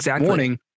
morning